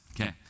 okay